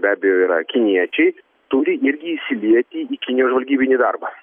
be abejo yra kiniečiai turi irgi įsilieti į kinijos žvalgybinį darbą